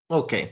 ok